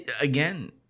Again